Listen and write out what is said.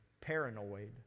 paranoid